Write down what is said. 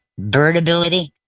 birdability